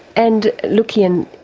and lukian?